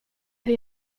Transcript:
hur